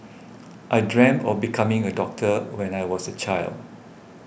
I dreamt of becoming a doctor when I was a child